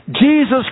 Jesus